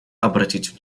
обратить